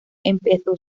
empezó